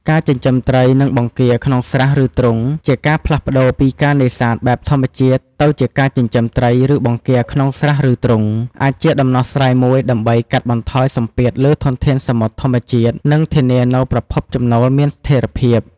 ការចិញ្ចឹមត្រី និងបង្គាក្នុងស្រះឬទ្រុង ជាការផ្លាស់ប្តូរពីការនេសាទបែបធម្មជាតិទៅជាការចិញ្ចឹមត្រី ឬបង្គាក្នុងស្រះឬទ្រុង អាចជាដំណោះស្រាយមួយដើម្បីកាត់បន្ថយសម្ពាធលើធនធានសមុទ្រធម្មជាតិ និងធានានូវប្រភពចំណូលមានស្ថេរភាព។